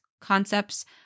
concepts